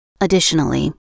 Additionally